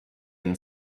and